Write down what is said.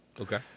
Okay